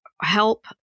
help